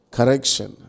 Correction